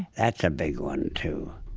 that's a big one, too